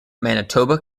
manitoba